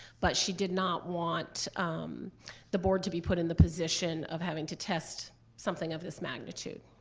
but she did not want the board to be put in the position of having to test something of this magnitude.